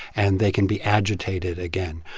and they can be agitated again.